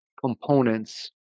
components